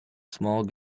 small